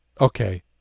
Okay